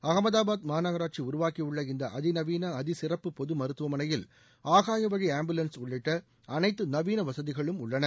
அகமதாபாத் மாநகராட்சி உருவாக்கியுள்ள இந்த அதிநவீன அதிசிறப்பு பொது மருத்துவமனையில் ஆகாய வழி ஆம்புலன்ஸ் உள்ளிட்ட அனைத்து நவீன வசதிகளும் உள்ளன